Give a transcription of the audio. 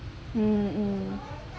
mm